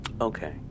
Okay